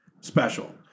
special